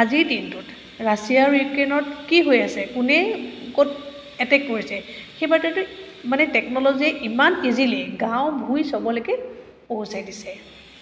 আজিৰ দিনটোত ৰাছিয়া আৰু ইউক্ৰেেইনত কি হৈ আছে কোনে ক'ত এটেক কৰিছে সেই বাতৰিটো মানে টেকন'লজিয়ে ইমান ইজিলি গাঁও ভূঈ চবলৈকে পহোচাই দিছে